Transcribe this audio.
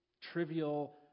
trivial